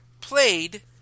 played